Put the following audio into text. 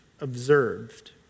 Observed